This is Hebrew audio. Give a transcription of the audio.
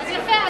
יפה,